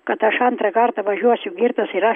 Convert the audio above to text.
kad aš antrą kartą važiuosiu girtas ir aš